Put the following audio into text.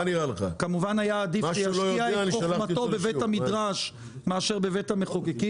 כמובן שהיה עדיף שהיה משקיע את חוכמתו בבית המדרש מאשר בבית המחוקקים,